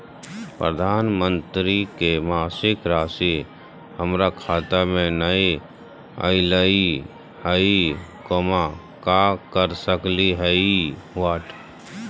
प्रधानमंत्री योजना के मासिक रासि हमरा खाता में नई आइलई हई, का कर सकली हई?